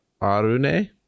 Arune